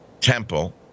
temple